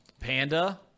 Panda